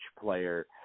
player